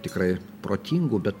tikrai protingų bet